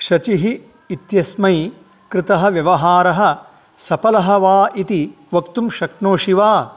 शचिः इत्यस्मै कृतः व्यवहारः सफलः वा इति वक्तुं शक्नोषि वा